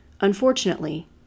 Unfortunately